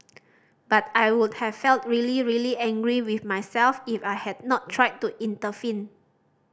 but I would have felt really really angry with myself if I had not tried to intervene